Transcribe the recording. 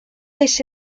beş